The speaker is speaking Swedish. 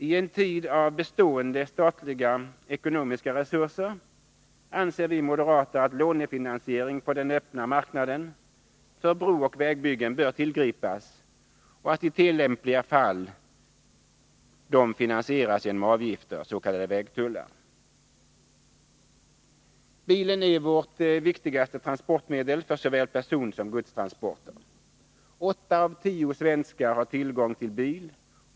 I en tid av begränsade statliga ekonomiska resurser anser vi moderater att lånefinansiering på den öppna marknaden för brooch vägbyggen bör tillgripas och i tillämpliga fall finansieras genom avgifter, s.k. vägtullar. Bilen är vårt viktigaste transportmedel för såväl personsom godstransporter. Åtta av tio svenskar har tillgång till bil.